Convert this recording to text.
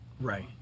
Right